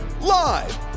Live